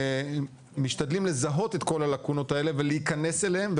משתדלים לזהות את כל הלקונות האלה ולהיכנס אליהן,